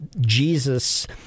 Jesus